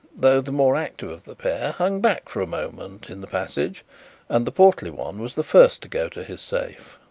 though the more active of the pair, hung back for a moment in the passage and the portly one was the first to go to his safe.